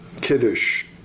kiddush